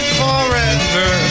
forever